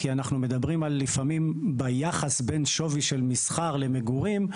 כי אנחנו מדברים לפעמים על יחס בין שווי של מסחר למגורים,